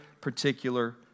particular